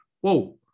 whoa